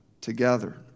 together